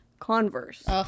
Converse